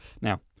Now